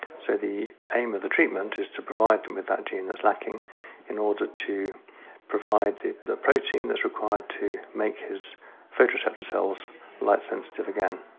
so the aim of the treatment is to provide them with that gene that's lacking in order to provide the the protein that's required to make his photos central cells light sensitive again.